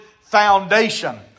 foundation